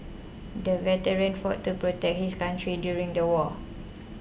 the veteran fought to protect his country during the war